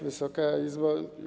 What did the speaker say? Wysoka Izbo!